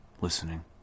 listening